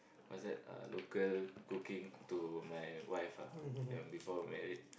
what's that local cooking to my wife ah ya before married